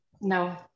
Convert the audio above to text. No